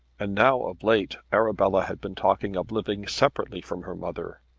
and now, of late, arabella had been talking of living separately from her mother.